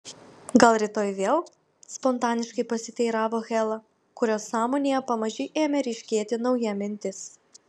gal rytoj vėl spontaniškai pasiteiravo hela kurios sąmonėje pamaži ėmė ryškėti nauja mintis